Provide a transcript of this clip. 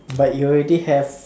but you already have